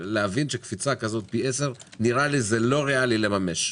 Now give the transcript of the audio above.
ולהבין קפיצה כזאת פי עשרה נראית לי לא ריאלית למימוש,